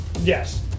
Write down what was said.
Yes